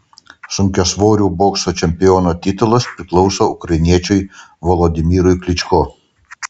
sunkiasvorių bokso čempiono titulas priklauso ukrainiečiui volodymyrui klyčko